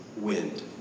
wind